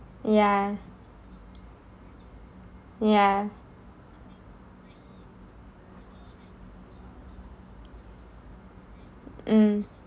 ya ya mm